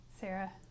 Sarah